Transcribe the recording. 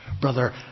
brother